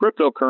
cryptocurrency